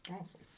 Awesome